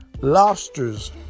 lobsters